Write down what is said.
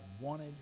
wanted